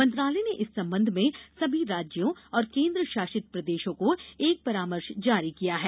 मंत्रालय ने इस संबंध में समी राज्यों और केंद्र शासित प्रदेशों को एक परामर्श जारी किया है